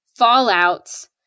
fallouts